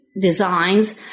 designs